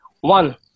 one